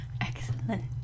excellent